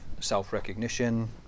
self-recognition